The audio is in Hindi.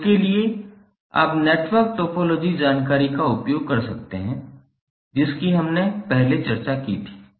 तो इसके लिए आप नेटवर्क टोपोलॉजी जानकारी का उपयोग कर सकते हैं जिसकी हमने पहले चर्चा की थी